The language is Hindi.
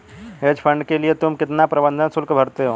हेज फंड के लिए तुम कितना प्रबंधन शुल्क भरते हो?